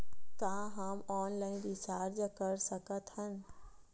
का हम online recharge कर सकत हन?